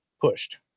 pushed